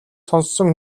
сонссон